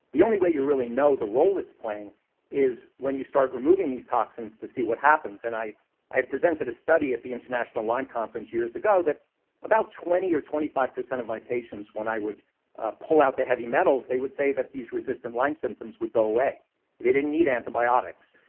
the only way you really know the role it's playing is when you start removing these toxins to see what happens. and i i presented a study at the international lyme conference years ago that about twenty or twenty five percent of my patients, when i would pull out the heavy metals, they would say that these resistant lyme symptoms would go away they didn't need antibiotics.